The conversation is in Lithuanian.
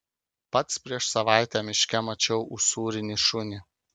pats prieš savaitę miške mačiau usūrinį šunį